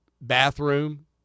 bathroom